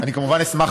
אני כמובן אשמח,